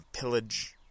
pillage